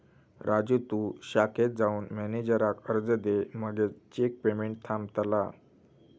राजू तु शाखेत जाऊन मॅनेजराक अर्ज दे मगे चेक पेमेंट थांबतला